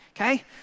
okay